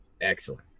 Excellent